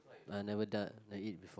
I never da~ I eat before